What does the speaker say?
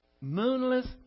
moonless